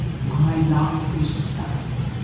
my life is stuffed.